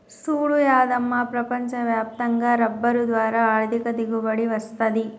సూడు యాదమ్మ ప్రపంచ వ్యాప్తంగా రబ్బరు ద్వారా ఆర్ధిక దిగుబడి వస్తది